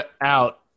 out